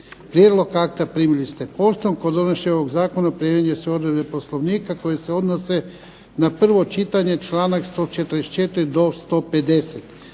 Prijedlog akta primili ste poštom. Kod donošenja ovog zakona primjenjuju se odredbe Poslovnika, koje se odnose na prvo čitanje članak 144. do 150.